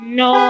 no